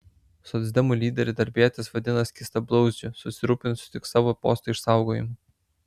socdemų lyderį darbietis vadina skystablauzdžiu susirūpinusiu tik savo posto išsaugojimu